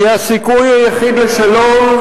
כי הסיכוי היחיד לשלום,